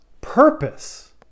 purpose